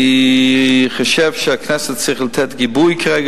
אני חושב שהכנסת צריכה לתת גיבוי כרגע